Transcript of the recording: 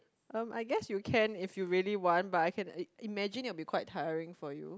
um I guess you can if you really want but I can imagine it'll be quite tiring for you